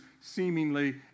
seemingly